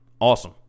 awesome